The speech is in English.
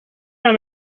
how